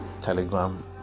telegram